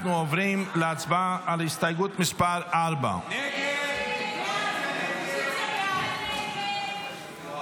אנחנו עוברים להצבעה על הסתייגות מס' 4. הסתייגות 4 לא נתקבלה.